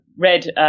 read